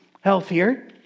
healthier